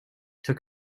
took